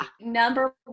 number